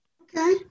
Okay